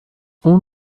اون